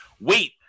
wait